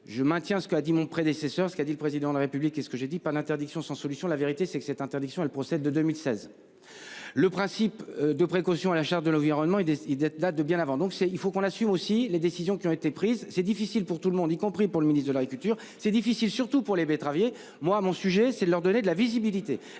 je maintiens ce que a dit mon prédécesseur, ce qu'a dit le président de la république et ce que j'ai dit pas l'interdiction sans solution. La vérité c'est que cette interdiction et le procès de 2016. Le principe de précaution à la charte de l'environnement et des il date de bien avant donc c'est il faut qu'on assume aussi les décisions qui ont été prises. C'est difficile pour tout le monde y compris pour le ministre de l'Agriculture. C'est difficile, surtout pour les betteraviers. Moi, mon sujet, c'est de leur donner de la visibilité,